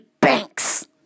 banks